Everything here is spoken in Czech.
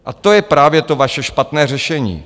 A to je právě to vaše špatné řešení.